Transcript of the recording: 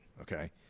okay